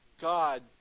God